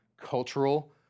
cultural